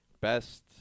best